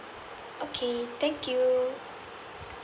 okay thank you